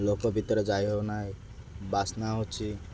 ଲୋକ ଭିତରେ ଯାଇ ହେଉ ନାହିଁ ବାସ୍ନା ହେଉଛି